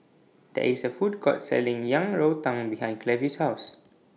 There IS A Food Court Selling Yang Rou Tang behind Clevie's House